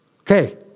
Okay